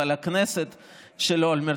אבל הכנסת של אולמרט,